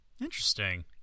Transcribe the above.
Interesting